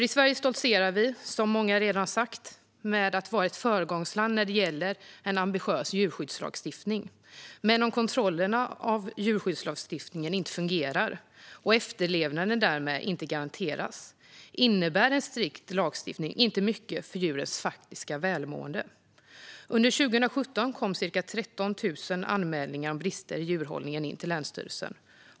I Sverige stoltserar vi, som många här redan har sagt, med att vara ett föregångsland när det gäller en ambitiös djurskyddslagstiftning. Men om kontrollen av djurskyddslagstiftningen inte fungerar och efterlevnaden därmed inte garanteras innebär en strikt lagstiftning inte mycket för djurens faktiska välmående. Under 2017 kom ca 13 000 anmälningar om brister i djurhållningen in till länsstyrelserna.